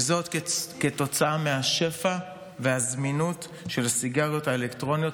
וזאת כתוצאה מהשפע והזמינות של הסיגריות האלקטרוניות,